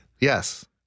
Yes